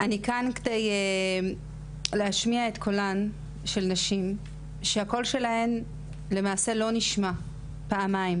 אני כאן כדי להשמיע את קולן של נשים שהקול שלהן למעשה לא נשמע פעמיים,